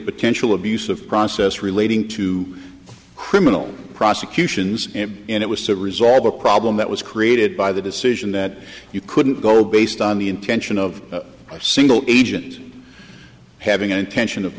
potential abuse of process relating to criminal prosecutions and it was to resolve a problem that was created by the decision that you couldn't go based on the intention of a single agent having intention of